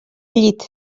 llit